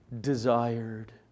desired